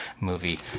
movie